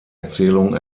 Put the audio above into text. erzählung